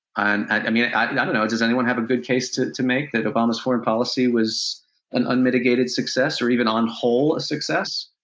and i mean, i and don't know, does anyone have a good case to to make that obama's foreign policy was an unmitigated success or even on the whole a success?